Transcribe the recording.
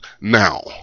now